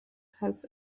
has